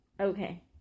Okay